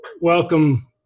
welcome